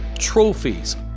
trophies